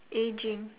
aging